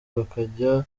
bakajya